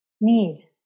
need